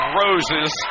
roses